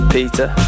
Peter